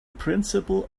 principle